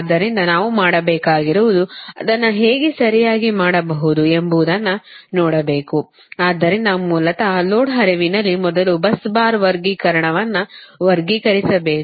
ಆದ್ದರಿಂದ ನಾವು ಮಾಡಬೇಕಾಗಿರುವುದು ಅದನ್ನು ಹೇಗೆ ಸರಿಯಾಗಿ ಮಾಡಬಹುದು ಎಂಬುದನ್ನು ನೋಡಬೇಕುಆದ್ದರಿಂದ ಮೂಲತಃ ಲೋಡ್ ಹರಿವಿನಲ್ಲಿ ಮೊದಲು bus ಬಾರ್ ವರ್ಗೀಕರಣವನ್ನು ವರ್ಗೀಕರಿಸಬೇಕು